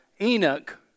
Enoch